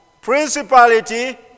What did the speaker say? principality